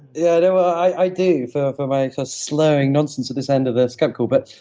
yeah you know i do for for my slurring nonsense of this end of this skype call. but